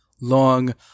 long